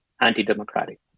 anti-democratic